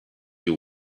you